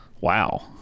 wow